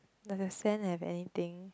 does the sand have anything